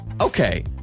Okay